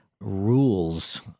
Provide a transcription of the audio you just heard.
rules